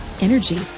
energy